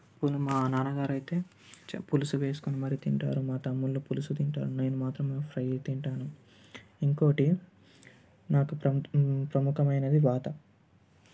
పోనీ మా నాన్నగారు అయితే పులుసు వేసుకుని మరీ తింటారు మా తమ్ముళ్ళు పులుసు తింటారు నేను మాత్రం ఫ్రై తింటాను ఇంకోటి నాకు ప్రముఖమైనది వాత